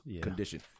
condition